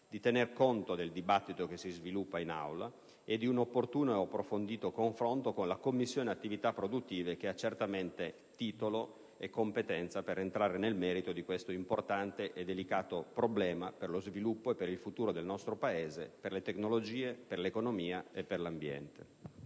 di tener conto del dibattito che si sviluppa in Aula e di un opportuno e approfondito confronto con la Commissione attività produttive, che ha certamente titolo e competenza per entrare nel merito di questo importante e delicato problema per lo sviluppo e per il futuro del nostro Paese, per le tecnologie, per l'economia e per l'ambiente.